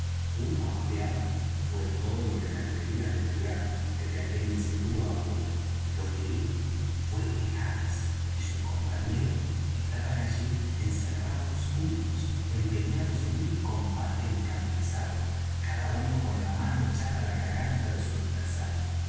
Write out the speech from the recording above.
una ojeada fué todo lo que me atreví á aventurar desde aquel inseguro apoyo lo que ví fué que hands y su compañero estaban allí encerrados juntos empeñados en un combate encarnizado cada uno con la mano echada á la garganta de su adversario